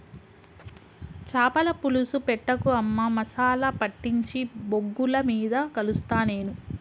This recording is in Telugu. చాపల పులుసు పెట్టకు అమ్మా మసాలా పట్టించి బొగ్గుల మీద కలుస్తా నేను